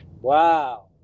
Wow